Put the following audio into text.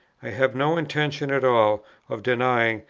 i have no intention at all of denying,